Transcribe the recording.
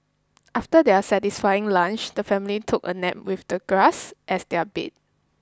after their satisfying lunch the family took a nap with the grass as their bed